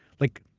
like,